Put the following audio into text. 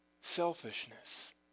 Selfishness